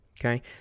Okay